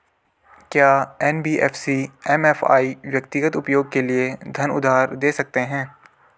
क्या NBFC MFI व्यक्तिगत उपयोग के लिए धन उधार दें सकते हैं?